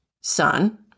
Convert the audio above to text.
son